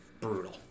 Brutal